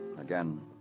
again